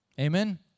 Amen